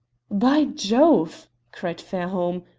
by jove! cried fairholme,